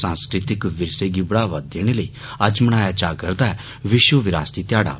सांस्कृतिक विरसे गी बढ़ावा देने लेई अज्ज मनाया जा करदा ऐ विश्व विरासती ध्याड़ा